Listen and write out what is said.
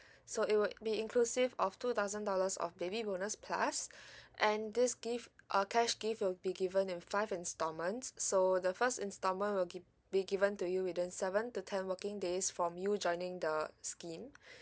so it would be inclusive of two thousand dollars of baby bonus plus and this gift uh cash gift will be given in five installments so the first instalment will give be given to you within seven to ten working days from you joining the scheme